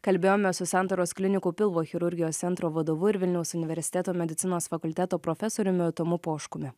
kalbėjome su santaros klinikų pilvo chirurgijos centro vadovu ir vilniaus universiteto medicinos fakulteto profesoriumi tomu poškumi